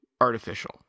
artificial